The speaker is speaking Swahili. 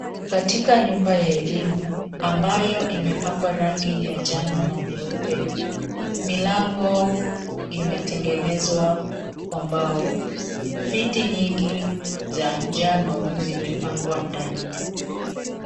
Katika nyumba ya elimu, ambayo imepakwa rangi ya njano na nyeupe. Milango imetengenezwa kwa mbao. Viti nyingi za njano zimepangwa ndani.